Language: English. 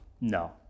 No